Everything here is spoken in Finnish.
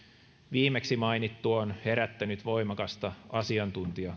viimeksi mainittu on herättänyt voimakasta asiantuntijakritiikkiä